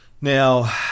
Now